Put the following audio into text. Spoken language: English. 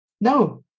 No